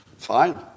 fine